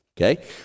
Okay